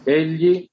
egli